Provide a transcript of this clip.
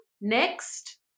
next